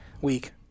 Week